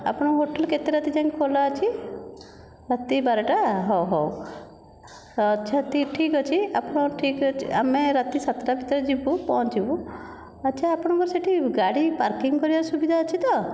ଆପଣଙ୍କ ହୋଟେଲ କେତେ ରାତି ଯାଏଁ ଖୋଲା ଅଛି ରାତି ବାରଟା ହେଉ ହେଉ ଆଛା ଠିକ ଅଛି ଆପଣ ଠିକ ଅଛି ଆମେ ରାତି ସାତଟା ଭିତରେ ଯିବୁ ପହଞ୍ଚିବୁ ଆଛା ଆପଣଙ୍କ ସେଇଠି ଗାଡ଼ି ପାର୍କିଂ କରିବାର ସୁବିଧା ଅଛି ତ